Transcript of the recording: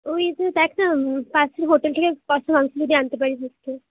ওই তুই দেখ না পাশের হোটেল থেকে কষা মাংস যদি আনতে পারিস একটু